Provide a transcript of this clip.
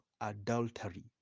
adultery